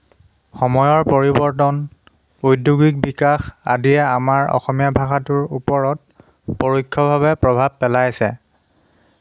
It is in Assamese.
সময়ৰ পৰিৱৰ্তন উদ্যোগিক বিকাশ আদিয়ে আমাৰ অসমীয়া ভাষাটোৰ ওপৰত পৰোক্ষভাৱে প্ৰভাৱ পেলাইছে